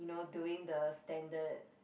you know doing the standard